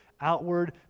outward